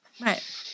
Right